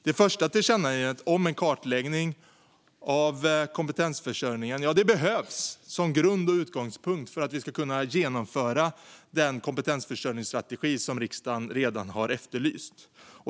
Det första tillkännagivandet om en kartläggning av kompetensförsörjningen behövs som grund och utgångspunkt för att genomföra den kompetensförsörjningsstrategi som riksdagen redan har efterlyst.